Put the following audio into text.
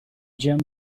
jump